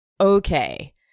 okay